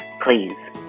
Please